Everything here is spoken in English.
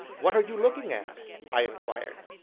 what are you looking at? i inquired.